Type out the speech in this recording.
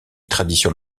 traditions